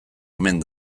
omen